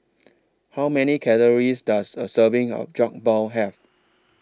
How Many Calories Does A Serving of Jokbal Have